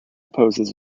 opposes